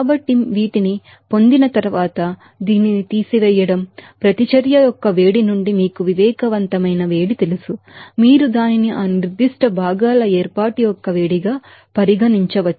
కాబట్టి వీటిని పొందిన తరువాత దీనిని తీసివేయడం రియాక్షన్స్ యొక్క హీట్ నుండి మీకు సెన్సిబిల్ హీట్ తెలుసు మీరు దానిని ఆ నిర్దిష్ట భాగాల ఏర్పాటు యొక్క హీట్ గా పరిగణించవచ్చు